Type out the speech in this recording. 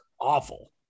awful